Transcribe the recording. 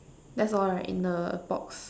that's all right in the box